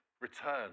return